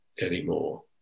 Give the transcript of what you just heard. anymore